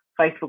Facebook